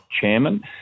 chairman